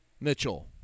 Mitchell